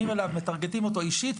מתרגטים אותו אישית,